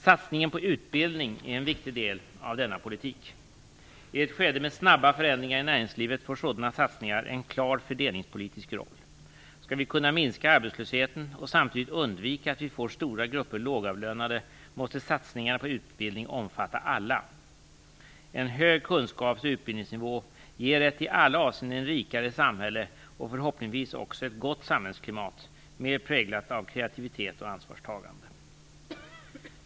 Satsningen på utbildningen är en viktig del av denna politik. I ett skede med snabba förändringar i näringslivet får sådana satsningar en klar fördelningspolitisk roll. Skall vi kunna minska arbetslösheten och samtidigt undvika att vi får stora grupper lågavlönade måste satsningarna på utbildning omfatta alla. En hög kunskaps och utbildningsnivå ger ett i alla avseenden rikare samhälle och förhoppningsvis också ett gott samhällsklimat, mer präglat av kreativitet och ansvarstagande.